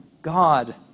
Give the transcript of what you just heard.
God